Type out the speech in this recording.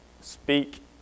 speak